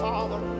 Father